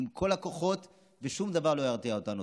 עם כל הכוחות, ושום דבר לא ירתיע אותנו.